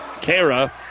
Kara